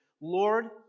Lord